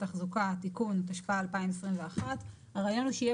תחזוקה ותיקון התשפ"א 2021. הרעיון הוא שיהיה